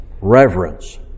Reverence